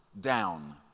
down